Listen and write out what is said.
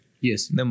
Yes